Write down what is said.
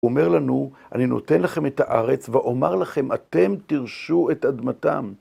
הוא אומר לנו, אני נותן לכם את הארץ, ואומר לכם, אתם תרשו את אדמתם.